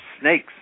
snakes